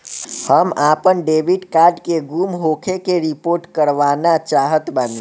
हम आपन debit card के गुम होखे के रिपोर्ट करवाना चाहत बानी